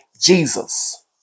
Jesus